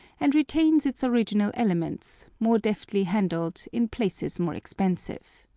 and retains its original elements, more deftly handled, in places more expensive.